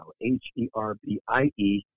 H-E-R-B-I-E